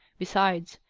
besides,